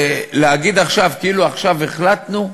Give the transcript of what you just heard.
להגיד עכשיו, כאילו, עכשיו החלטנו?